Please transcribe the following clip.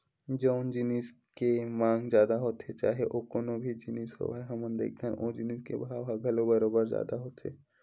जउन जिनिस के मांग जादा होथे चाहे ओ कोनो भी जिनिस होवय हमन देखथन ओ जिनिस के भाव ह घलो बरोबर जादा होथे